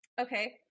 Okay